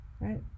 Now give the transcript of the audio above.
right